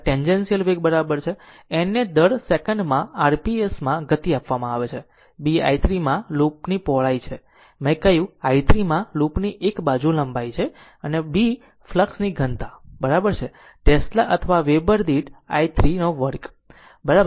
આ ટેન્ગેશીયલ વેગ બરાબર છે n ને દર સેકન્ડમાં r p s માં ગતિ આપવામાં આવે છે B i 3 માં લૂપની પહોળાઈ છે મેં કહ્યું i 3 માં લૂપની એક બાજુની લંબાઈ છે અને B ફ્લક્ષ ની ઘનતા બરાબર છે ટેસ્લા અથવા વેબર દીઠ i 3 2 બરાબર